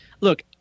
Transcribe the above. look